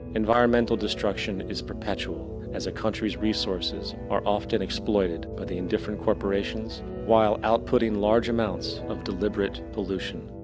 environmental destruction is perpetual as a country's resources are often exploited by the indifferent corporations while outputting large amounts of deliberate pollution.